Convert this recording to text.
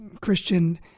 Christian